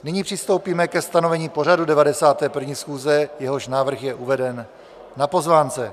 Nyní přistoupíme ke stanovení pořadu 91. schůze, jehož návrh je uveden na pozvánce.